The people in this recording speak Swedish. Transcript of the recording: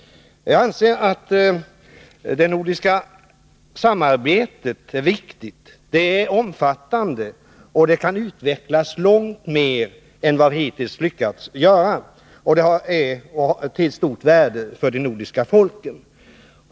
Jag anser att det nordiska samarbetet är viktigt, det är omfattande och det kan utvecklas långt mer än vad vi hittills lyckats med. Detta är av stort värde för de nordiska folken.